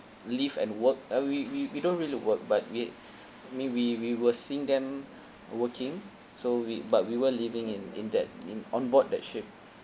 live and work uh we we we don't really work but we I mean we we were seeing them working so we but we were living in in that in on board that ship